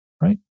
right